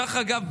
דרך אגב,